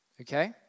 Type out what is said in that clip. Okay